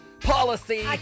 policy